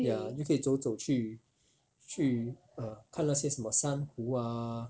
ya 又可以走走去去看那些什么珊瑚啊